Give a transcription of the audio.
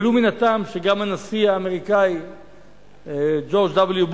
ולו מן הטעם שגם הנשיא האמריקאי ג'ורג' וו.